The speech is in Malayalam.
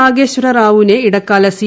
നാഗേശ്വര റാവുവിനെ ഇട്ടക്കാല സി